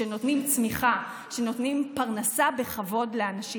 שנותנים צמיחה, שנותנים פרנסה בכבוד לאנשים.